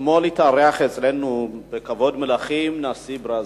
אתמול התארח אצלנו בכבוד מלכים נשיא ברזיל.